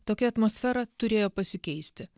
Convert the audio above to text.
tokia atmosfera turėjo pasikeisti